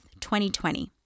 2020